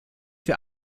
wir